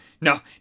no